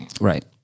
Right